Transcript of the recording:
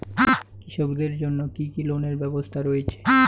কৃষকদের জন্য কি কি লোনের ব্যবস্থা রয়েছে?